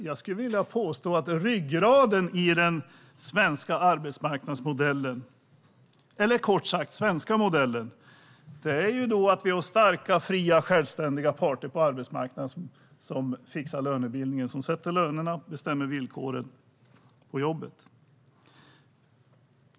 Jag skulle vilja påstå att ryggraden i den svenska arbetsmarknadsmodellen, kort sagt den svenska modellen, är att vi har starka, fria och självständiga parter på arbetsmarknaden som fixar lönebildningen, som sätter lönerna och bestämmer villkoren på jobbet.